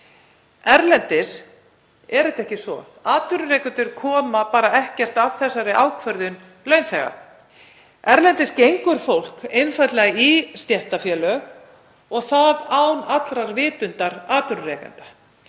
Erlendis er þetta ekki svo. Atvinnurekendur koma ekkert að þessari ákvörðun launþega. Erlendis gengur fólk einfaldlega í stéttarfélög og það án allrar vitundar atvinnurekenda.